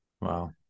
Wow